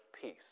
peace